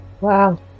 Wow